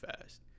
fast